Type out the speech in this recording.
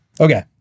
Okay